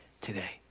today